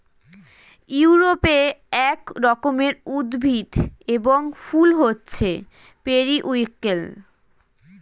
ইউরোপে এক রকমের উদ্ভিদ এবং ফুল হচ্ছে পেরিউইঙ্কেল